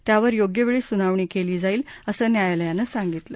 त्यावर योग्यवेळी सुनावणी केली जाईल असं न्यायालयानं सांगितलं